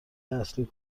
اصلی